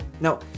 Now